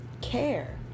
Care